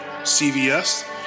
CVS